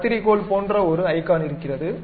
கத்தரிக்கோல் போன்ற ஒரு ஐகான் இருக்கிறது